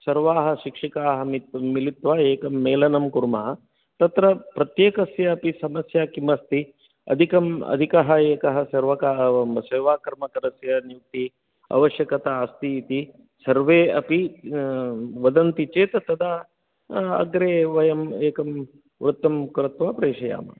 सर्वाः शिक्षिकाः मिलित्वा एकं मेलनं कुर्मः तत्र प्रत्येकस्यापि समस्या किम् अस्ति अधिकम् अधिकः एकः सर्वकार सेवाकर्मकरस्य नियुक्तिः अवश्यकता अस्ति इति सर्वे अपि वदन्ति चेत् तदा अग्रे वयम् एकं वृत्तं कृत्वा प्रेषयामः